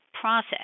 process